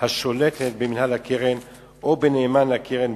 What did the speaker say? השולטת במנהל הקרן או בנאמן לקרן,